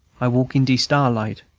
i walk in de starlight,